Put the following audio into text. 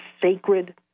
sacred